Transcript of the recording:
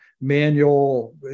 manual